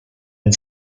and